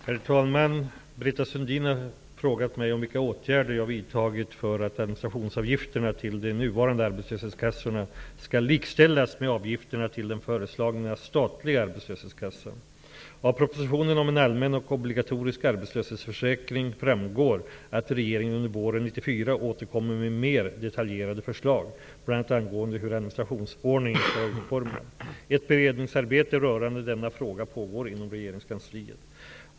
Herr talman! Britta Sundin har frågat mig om vilka åtgärder jag vidtagit för att administrationsavgifterna till de nuvarande arbetslöshetskassorna skall likställas med avgifterna till den föreslagna statliga arbetslöshetskassan. Av propositionen om en allmän och obligatorisk arbetslöshetsförsäkring framgår att regeringen under våren 1994 återkommer med mer detaljerade förslag bl.a. angående hur administrationsordningen skall vara utformad. Ett beredningsarbete rörande denna fråga pågår inom regeringskansliet.